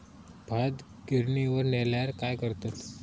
भात गिर्निवर नेल्यार काय करतत?